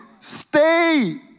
Stay